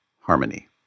harmony